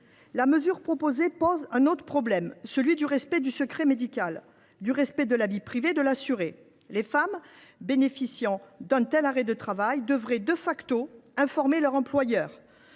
dispositif proposé suscite un autre problème : celui du respect du secret médical et de la vie privée de l’assurée. Les femmes bénéficiant d’un tel arrêt de travail devraient,, informer leur employeur